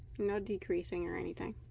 no decreasing or anything